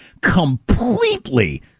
completely